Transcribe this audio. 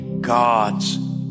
God's